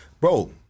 bro